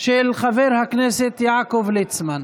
של חבר הכנסת יעקב ליצמן.